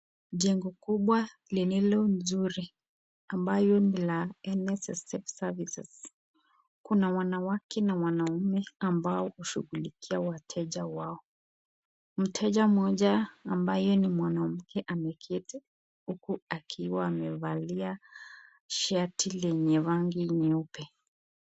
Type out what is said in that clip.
Jengo kubwa lililo nzuri ambalo ni la NSSF services . Kuna wanawake na wanaume ambao hushughulikia wateja wao. Mteja mmoja ambaye ni mwanamke ameketi huku akiwa amevalia shati lenye rangi nyeupe.